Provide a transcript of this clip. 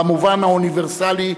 במובן האוניברסלי,